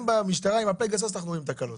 גם במשטרה עם הפגסוס אנחנו רואים תקלות,